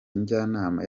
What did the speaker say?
njyanama